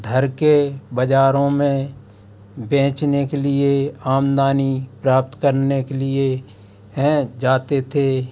धरकर बाज़ारों में बेचने के लिए आमदनी प्राप्त करने के लिए हें जाते थे